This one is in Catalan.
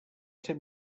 ser